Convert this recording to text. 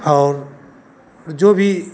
और और जो भी